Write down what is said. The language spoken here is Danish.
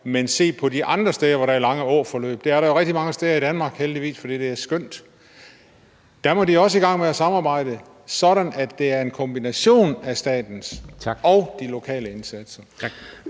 – se på de andre steder, hvor der er lange åforløb. Det er der jo rigtig mange steder i Danmark, heldigvis, for det er skønt. Dér må de også i gang med at samarbejde, sådan at det bliver en kombination af statslige og lokale indsatser.